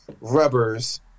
rubbers